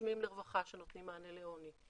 'נושמים לרווחה' שנותנים מענה לעוני,